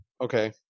Okay